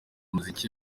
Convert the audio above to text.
umuziki